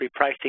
repricing